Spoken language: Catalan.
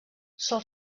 sol